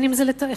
בין אם זה חקיקה,